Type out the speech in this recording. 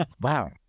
wow